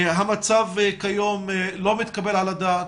המצב כיום לא מתקבל על הדעת,